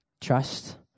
trust